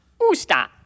Usta